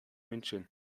münchen